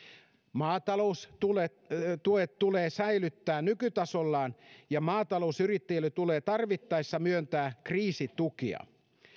maataloustuet tulee tulee säilyttää nykytasollaan ja maatalousyrittäjille tulee tarvittaessa myöntää kriisitukea